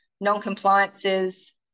non-compliances